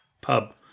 pub